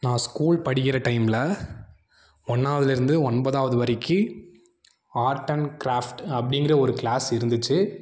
நான் ஸ்கூல் படிக்கிற டைமில் ஒன்றாவதுல இருந்து ஒன்பதாவது வரைக்கு ஆர்ட் அண்ட் கிராஃப்ட் அப்படிங்கிற ஒரு க்ளாஸ் இருந்திச்சு